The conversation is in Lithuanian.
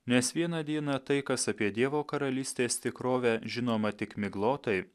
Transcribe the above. nes vieną dieną tai kas apie dievo karalystės tikrovę žinoma tik miglotai